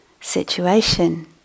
situation